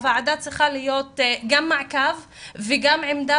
אני חושבת שלוועדה צריך להיות גם מעקב וגם עמדה